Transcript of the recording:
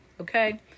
okay